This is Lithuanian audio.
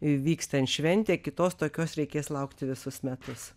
vyks ten šventė kitos tokios reikės laukti visus metus